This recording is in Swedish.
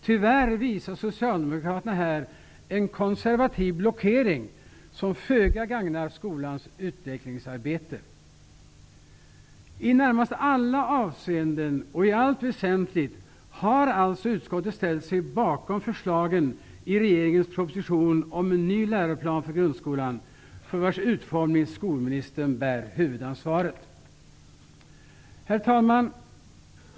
Tyvärr visar Socialdemokraterna här en konservativ blockering, som föga gagnar skolans utvecklingsarbete. I närmast alla avseenden och i allt väsentligt har alltså utskottet ställt sig bakom förslagen i regeringens proposition om en ny läroplan för grundskolan för vars utformning skolministern bär huvudansvaret. Herr talman!